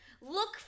look